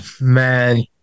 Man